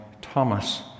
Thomas